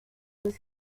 was